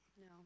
No